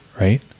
Right